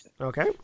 Okay